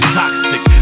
toxic